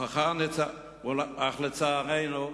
אך לצערנו,